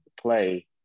play